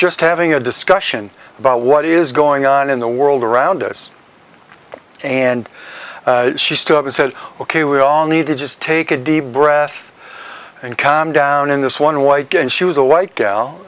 just having a discussion about what is going on in the world around us and she stood up and said ok we all need to just take a deep breath and calm down in this one white guy and she was a white gal